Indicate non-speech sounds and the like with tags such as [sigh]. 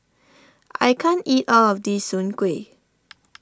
I can't eat all of this Soon Kueh [noise]